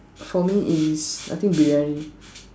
for me is I think briyani